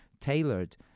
tailored